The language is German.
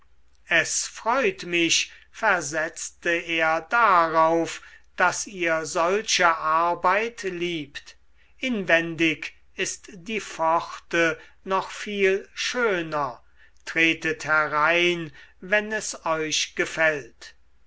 es freut mich versetzte er darauf daß ihr solche arbeit liebt inwendig ist die pforte noch viel schöner tretet herein wenn es euch gefällt